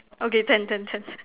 okay tent tent tent tent